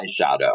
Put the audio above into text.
eyeshadow